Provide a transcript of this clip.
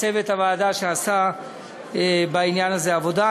ולצוות הוועדה שעשה בעניין הזה עבודה.